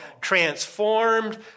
transformed